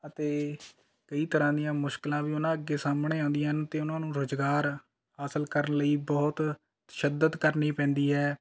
ਅਤੇ ਕਈ ਤਰ੍ਹਾਂ ਦੀਆਂ ਮੁਸ਼ਕਲਾਂ ਵੀ ਉਨ੍ਹਾਂ ਅੱਗੇ ਸਾਹਮਣੇ ਆਉਂਦੀਆਂ ਹਨ ਅਤੇ ਉਨ੍ਹਾਂ ਨੂੰ ਰੁਜ਼ਗਾਰ ਹਾਸਿਲ ਕਰਨ ਲਈ ਬਹੁਤ ਸ਼ਿੱਦਤ ਕਰਨੀ ਪੈਂਦੀ ਹੈ